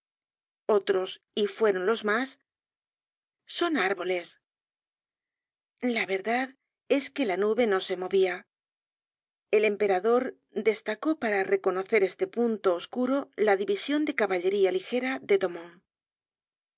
otros y fueron los mas son árboles la verdad es que la nube no se movia el emperador destacó para reconocer este punto oscuro la division de caballería ligera de domon